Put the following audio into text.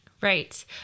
Right